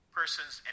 persons